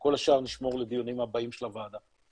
כל השאר נשמור לדיונים הבאים של הוועדה.